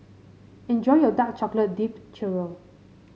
enjoy your Dark Chocolate Dipped Churro